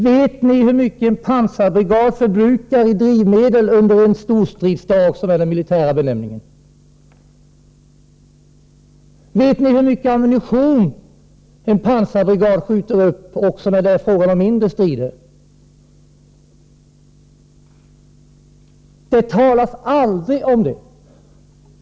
Vet ni hur mycket en pansarbrigad förbrukar i drivmedel under en storstridsdag, som är den militära benämningen? Vet ni hur mycket ammunition en pansarbrigad skjuter upp också när det är fråga om mindre strider? Det talas aldrig om det.